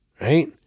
right